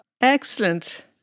Excellent